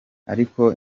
ariko